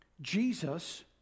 Jesus